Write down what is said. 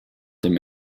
dem